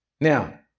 Now